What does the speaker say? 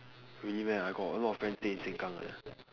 really meh I got a lot of friends stay in Sengkang leh